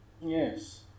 yes